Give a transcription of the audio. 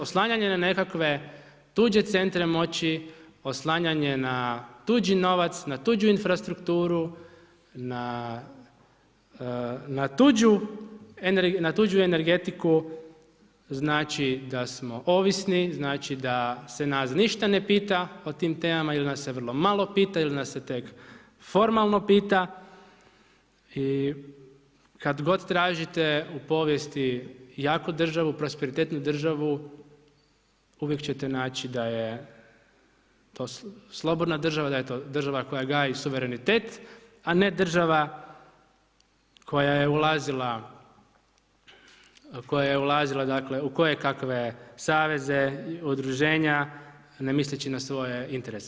Oslanjanje na nekakve tuđe centre moći, oslanjanje na tuđi novac, na tuđi infrastrukturu, na tuđu energetiku, znači da smo ovisni, znači da se nas ništa ne pita o tim temama ili nas se vrlo malo pita ili nas se tek formalno pita i kad god tražite u povijesti jaku državu, prosperitetnu državu, uvijek ćete naći da je to slobodna država, da je to država koja gaji suverenitet, a ne država koja je ulazila u kojekakve saveze, udruženja, ne misleći na svoje interese.